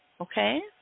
okay